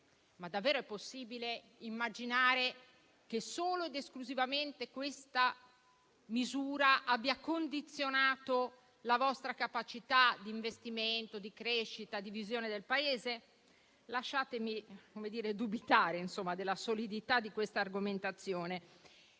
ma davvero è possibile immaginare che solo ed esclusivamente questa misura abbia condizionato la vostra capacità di investimento, di crescita, di visione del Paese? Lasciatemi dubitare della solidità di questa argomentazione.